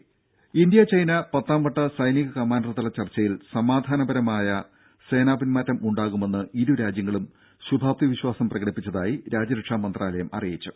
രംഭ India China പത്താംവട്ട സൈനിക കമാൻഡർതല ചർച്ചയിൽ സമാധാനപരമായ സേനാ പിൻമാറ്റമുണ്ടാകുമെന്ന് ഇരുരാജ്യങ്ങളും ശുഭാപ്തി വിശ്വാസം പ്രകടിപ്പിച്ചതായി രാജ്യരക്ഷാ മന്ത്രാലയം അറിയിച്ചു